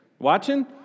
watching